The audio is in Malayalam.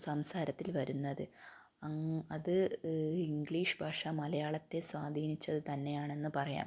സംസാരത്തിൽ വരുന്നത് അങ്ങ് അത് ഇംഗ്ലീഷ് ഭാഷ മലയാളത്തെ സ്വാധീനിച്ചത് തന്നെയാണെന്ന് പറയാം